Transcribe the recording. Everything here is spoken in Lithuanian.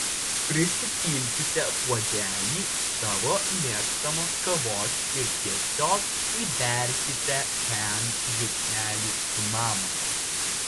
prisipilkite puodelį savo mėgstamos kavos ir tiesiog įberkite ten žiupsnelį cinamono